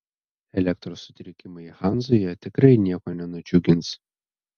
elektros sutrikimai hanzoje tikrai nieko nenudžiugins